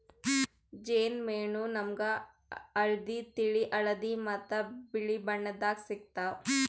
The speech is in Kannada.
ಜೇನ್ ಮೇಣ ನಾಮ್ಗ್ ಹಳ್ದಿ, ತಿಳಿ ಹಳದಿ ಮತ್ತ್ ಬಿಳಿ ಬಣ್ಣದಾಗ್ ಸಿಗ್ತಾವ್